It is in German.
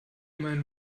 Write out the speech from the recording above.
mein